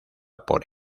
por